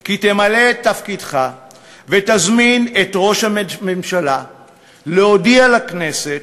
כי תמלא את תפקידך ותזמין את ראש הממשלה להודיע לכנסת